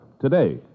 today